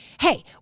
Hey